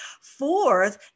Fourth